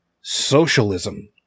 socialism